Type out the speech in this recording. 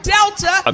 Delta